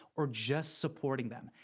or just supporting them.